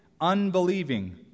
unbelieving